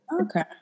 okay